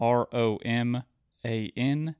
r-o-m-a-n